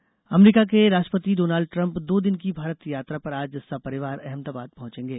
Trump दौरा अमरीका के राष्ट्रपति डॉनल्ड ट्रम्प दो दिन की भारत यात्रा पर आज सपरिवार अहमदाबाद पहुंचेगे